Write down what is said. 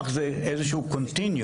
רופא,